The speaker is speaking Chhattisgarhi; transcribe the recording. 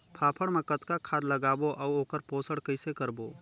फाफण मा कतना खाद लगाबो अउ ओकर पोषण कइसे करबो?